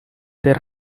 дээр